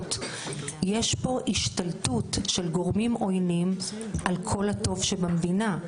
לרציחות יש פה השתלטות של גורמים עוינים על כל הטוב שבמדינה,